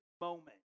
moment